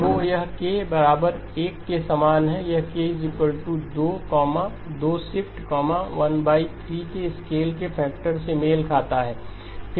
तो यह k 1 के समान है यह k 2 2 शिफ्ट 13 के स्केल फैक्टर से मेल खाता है